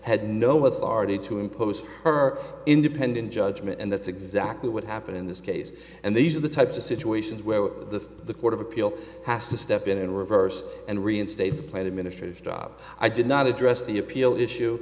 had no authority to impose her independent judgment and that's exactly what happened in this case and these are the types of situations where the the court of appeal has to step in and reverse and reinstate the plan a minister's job i did not address the appeal issue